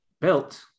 built